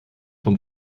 vom